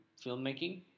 filmmaking